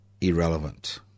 irrelevant